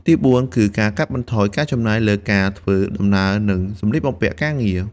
ទីបួន គឺ ការកាត់បន្ថយការចំណាយ លើការធ្វើដំណើរ និងសំលៀកបំពាក់ការងារ។